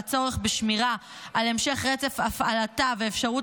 והצורך בשמירה על המשך רצף הפעלתה ואפשרות